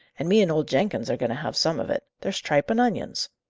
and me and old jenkins are going to have some of it. there's tripe and onions.